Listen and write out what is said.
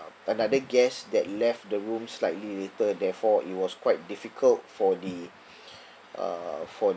another guest that left the room slightly later therefore it was quite difficult for the uh for